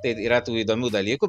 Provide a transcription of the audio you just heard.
tai yra tų įdomių dalykų